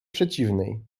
przeciwnej